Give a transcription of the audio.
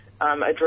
address